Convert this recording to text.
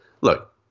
look